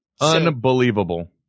Unbelievable